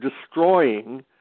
destroying